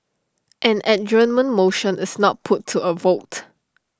an adjournment motion is not put to A vote